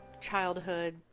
childhood